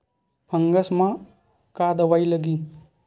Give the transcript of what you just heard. Fungus म का दवाई लगी?